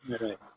Right